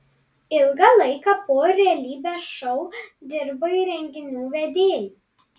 ilgą laiką po realybės šou dirbai renginių vedėju